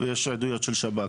ויש עדויות של שב"כ.